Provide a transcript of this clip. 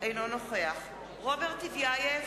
אינו נוכח שי חרמש, אינו נוכח רוברט טיבייב,